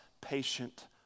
patient